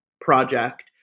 project